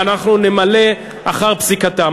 ואנחנו נמלא אחר פסיקתם.